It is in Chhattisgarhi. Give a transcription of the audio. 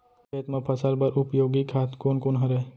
खेत म फसल बर उपयोगी खाद कोन कोन हरय?